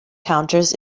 counters